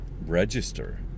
register